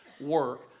work